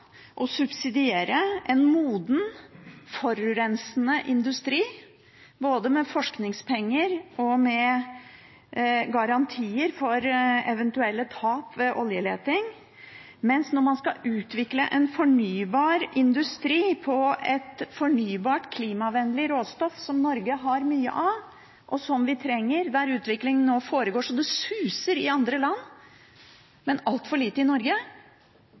å subsidiere en moden, forurensende industri både med forskningspenger og med garantier for eventuelle tap ved oljeleting, mens når man skal utvikle en fornybar industri på et fornybart, klimavennlig råstoff som Norge har mye av, og som vi trenger – der utviklingen nå går så det suser i andre land, men altfor sakte i Norge